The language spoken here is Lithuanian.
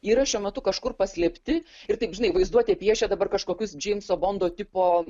yra šiuo metu kažkur paslėpti ir taip žinai vaizduotė piešė dabar kažkokius džeimso bondo tipo